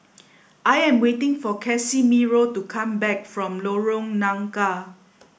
I am waiting for Casimiro to come back from Lorong Nangka